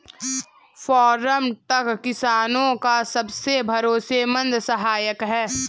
farm truck किसानो का सबसे भरोसेमंद सहायक है